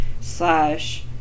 slash